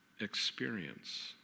experience